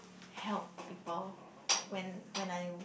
help people like when when I